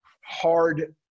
hard